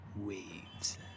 waves